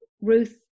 Ruth